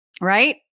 Right